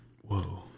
Whoa